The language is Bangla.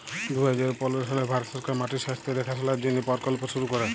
দু হাজার পলের সালে ভারত সরকার মাটির স্বাস্থ্য দ্যাখাশলার জ্যনহে পরকল্প শুরু ক্যরে